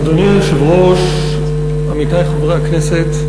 אדוני היושב-ראש, עמיתי חברי הכנסת,